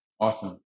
Awesome